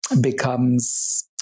becomes